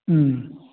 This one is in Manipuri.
ꯎꯝ